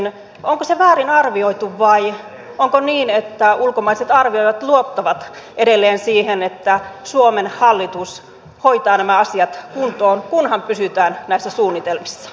onko se väärin arvioitu vai onko niin että ulkomaiset arvioijat luottavat edelleen siihen että suomen hallitus hoitaa nämä asiat kuntoon kunhan pysytään näissä suunnitelmissa